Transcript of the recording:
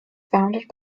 founded